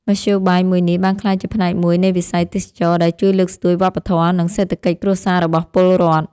មធ្យោបាយមួយនេះបានក្លាយជាផ្នែកមួយនៃវិស័យទេសចរណ៍ដែលជួយលើកស្ទួយវប្បធម៌និងសេដ្ឋកិច្ចគ្រួសាររបស់ពលរដ្ឋ។